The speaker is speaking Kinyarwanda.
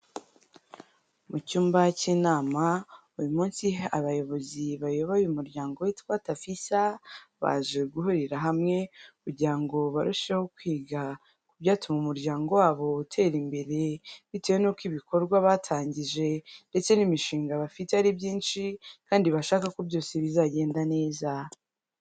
Mu cyumba cy'inama, uyu munsi abayobozi bayoboye umuryango witwa Tafisa baje guhurira hamwe kugira ngo barusheho kwiga ku byatuma umuryango wabo utera imbere, bitewe n'uko ibikorwa batangije ndetse n'imishinga bafite ari byinshi kandi bashaka ko byose bizagenda neza.